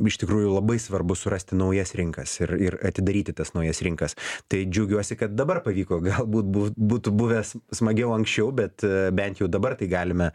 iš tikrųjų labai svarbu surasti naujas rinkas ir ir atidaryti tas naujas rinkas tai džiaugiuosi kad dabar pavyko galbūt bū būtų buvęs smagiau anksčiau bet bent jau dabar tai galime